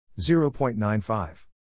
0.95